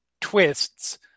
twists